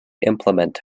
implement